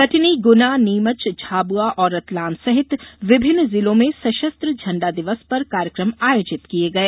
कटनी गुना नीमच झाबुआ और रतलाम सहित विभिन्न जिलो में सशस्त्र झंडा दिवस पर कार्यक्रम आयोजित किये गये